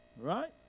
Right